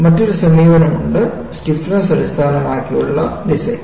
മറ്റൊരു സമീപനമുണ്ട് സ്റ്റിഫ്നസ് അടിസ്ഥാനമാക്കിയുള്ള ഡിസൈൻ